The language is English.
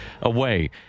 away